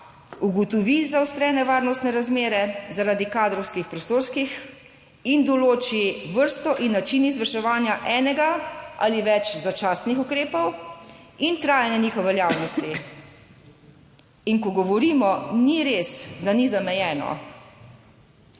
ugotovi zaostrene varnostne razmere, zaradi kadrovskih prostorskih in določi vrsto in način izvrševanja enega ali več začasnih ukrepov in trajanje njihove veljavnosti. In ko govorimo, ni res, da ni zamejeno.